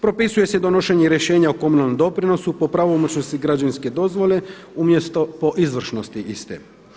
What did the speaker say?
Propisuje se donošenje rješenja o komunalnom doprinosu po pravomoćnosti građevinske dozvole umjesto po izvršnosti iste.